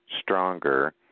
stronger